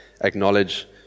acknowledge